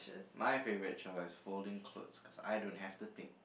my favorite chore is folding clothes cause I don't have to think